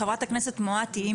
חברת הכנסת מואטי,